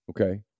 okay